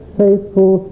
faithful